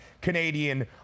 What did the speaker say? Canadian